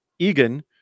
Egan